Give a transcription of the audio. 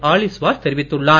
Alice Vaz தெரிவித்துள்ளார்